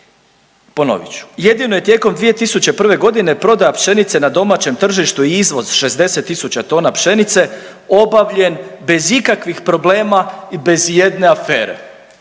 Ponovit ću, jedino je tijekom 2001.g. prodaja pšenice na domaćem tržištu izvoz 60 tisuća tone pšenice obavljen bez ikakvih problema i bez ijedne afere,